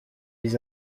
les